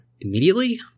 immediately